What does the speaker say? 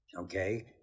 Okay